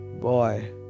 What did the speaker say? Boy